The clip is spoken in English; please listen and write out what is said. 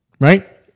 right